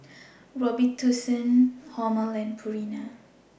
Robitussin Hormel and Purina